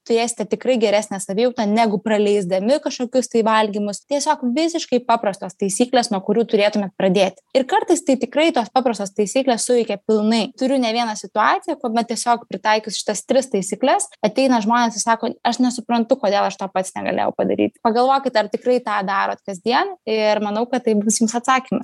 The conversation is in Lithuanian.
turėsite tikrai geresnę savijautą negu praleisdami kažkokius tai valgymus tiesiog visiškai paprastos taisyklės nuo kurių turėtumėt pradėti ir kartais tai tikrai tos paprastos taisyklės suveikė pilnai turiu ne vieną situaciją kuomet tiesiog pritaikius šitas tris taisykles ateina žmonės ir sako aš nesuprantu kodėl aš to pats negalėjau padaryt pagalvokit ar tikrai tą darot kasdien ir manau kad tai bus jums atsakymas